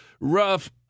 rough